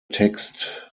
text